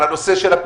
בנושא של הפיצויים,